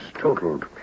totaled